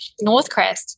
Northcrest